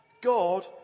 God